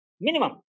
Minimum